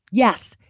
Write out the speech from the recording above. yes,